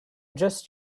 just